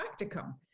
practicum